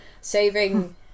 saving